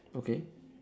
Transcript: okay